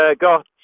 got